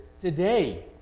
today